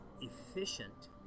efficient